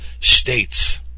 States